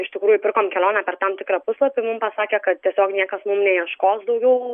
iš tikrųjų pirkom kelionę per tam tikrą paslapį mum pasakė kad tiesiog niekas neieškos daugiau